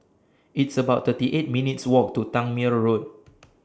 It's about thirty eight minutes' Walk to Tangmere Road